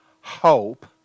hope